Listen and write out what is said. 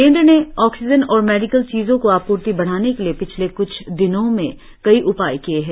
केन्द्र ने ऑक्सीजन और मेडिकल चीजों की आपूर्ति बढाने के लिए पिछले क्छ दिनों में कई उपाए किए हैं